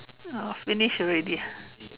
oh finished already